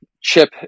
Chip